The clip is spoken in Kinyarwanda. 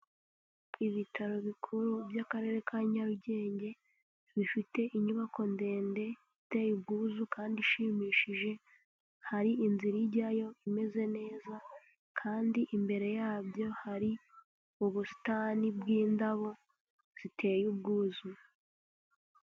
Ibitaro bikuru by'Akarere ka Nyarugenge bifite inyubako ndende iteye ubwuzu kandi ishimishije, hari inzira ijyayo imeze neza kandi imbere yabyo hari ubusitani bw'indabo ziteye ubwuzu.